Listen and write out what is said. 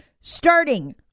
starting